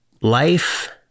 life